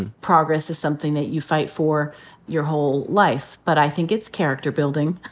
and progress is something that you fight for your whole life. but i think it's character building.